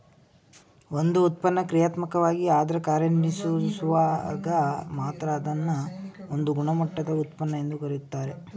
ಒಂದು ಉತ್ಪನ್ನ ಕ್ರಿಯಾತ್ಮಕವಾಗಿ ಅದ್ರ ಕಾರ್ಯನಿರ್ವಹಿಸುವಾಗ ಮಾತ್ರ ಅದ್ನ ಒಂದು ಗುಣಮಟ್ಟದ ಉತ್ಪನ್ನ ಎಂದು ಕರೆಯುತ್ತಾರೆ